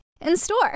In-store